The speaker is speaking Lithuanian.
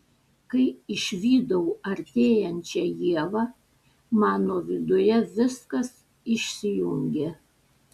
kai išvydau artėjančią ievą mano viduje viskas išsijungė